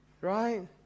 right